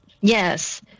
yes